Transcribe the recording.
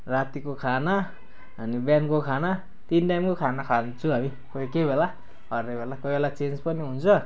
रातिको खाना अनि बिहानको खाना तिन टाइमको खाना खान्छौँ हामी कोही कोहीबेला अरूबेला कोहीबेला चेन्ज पनि हुन्छ